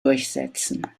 durchsetzen